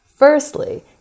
Firstly